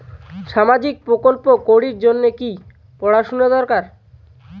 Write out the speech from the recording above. সামাজিক প্রকল্প করির জন্যে কি পড়াশুনা দরকার?